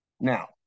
Now